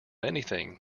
anything